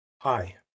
Hi